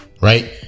right